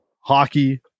hockey